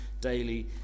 daily